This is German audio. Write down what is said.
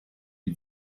die